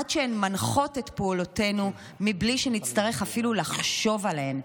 עד שהן מנחות את פעולותינו בלי שנצטרך אפילו לחשוב עליהן.